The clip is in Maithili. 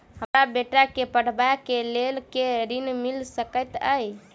हमरा बेटा केँ पढ़ाबै केँ लेल केँ ऋण मिल सकैत अई?